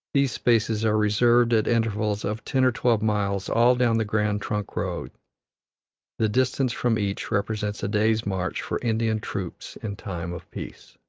these spaces are reserved at intervals of ten or twelve miles all down the grand trunk road the distance from each represents a day's march for indian troops in time of peace.